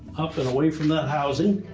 up and away from that housing.